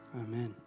Amen